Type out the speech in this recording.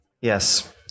yes